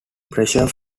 pressure